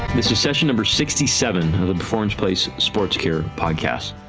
this is session number sixty seven of the performance place sports care podcast.